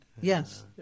Yes